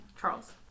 Charles